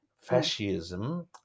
fascism